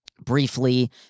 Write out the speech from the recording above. briefly